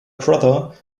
brother